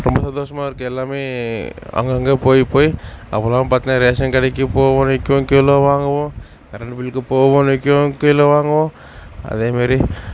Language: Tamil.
ரொம்ப சந்தோஷமாக இருக்குது எல்லாமே அங்கேங்க போய் போய் அப்போல்லாம் பார்த்தன்னா ரேஷன் கடைக்கு போவோம் நிற்க க்யூவில் வாங்குவோம் கரெண்ட் பில்லுக்கு போவோம் நிற்க க்யூவில் வாங்குவோம் அதே மாதிரி